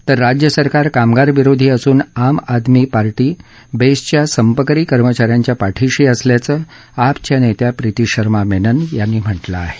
तर राज्य सरकार कामगारविरोधी असून आम आदमी पार्टी बेस्टच्या संपकरी कर्मचाऱ्यांच्या पाठीशी असल्याच आपच्या नेत्या प्रीती शर्मा मेनन यांनी म्हटलं आहे